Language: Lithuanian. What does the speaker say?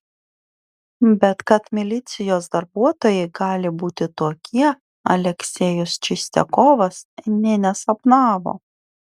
bet kad milicijos darbuotojai gali būti tokie aleksejus čistiakovas nė nesapnavo